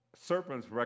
serpents